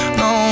no